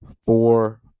four